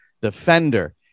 defender